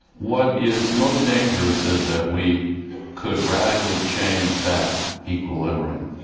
what is most dangerous is that we could radically change that equilibrium.